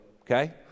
okay